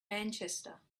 manchester